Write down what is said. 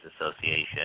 Association